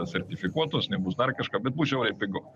sertifikuotos nebus dar kažką bet bus žiauriai pigu